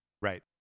Right